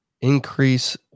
increase